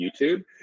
YouTube